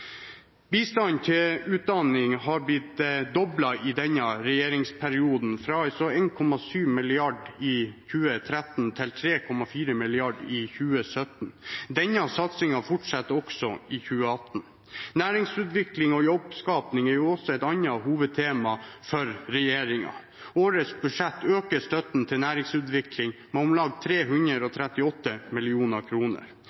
Bistanden til utdanning er blitt doblet i denne regjeringsperioden – fra 1,7 mrd. kr i 2013 til 3,4 mrd. kr i 2017. Denne satsingen fortsetter i 2018-budsjettet. Næringsutvikling og jobbskaping er et annet hovedtema for regjeringen. Årets budsjett øker støtten til næringsutvikling med om lag